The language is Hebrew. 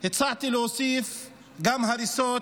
הצעתי להוסיף גם הריסות